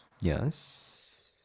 Yes